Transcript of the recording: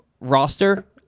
roster